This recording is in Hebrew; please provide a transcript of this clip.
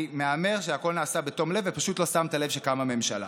אני מהמר שהכול נעשה בתום לב ופשוט לא שמת לב שקמה ממשלה.